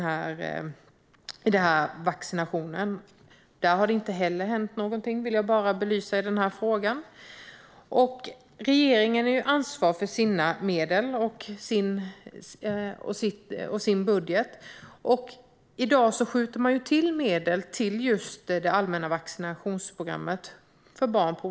Jag vill bara belysa att det inte har hänt någonting där heller. Regeringen har ansvar för sina medel och sin budget. I dag skjuter man till medel till just det allmänna vaccinationsprogrammet för barn.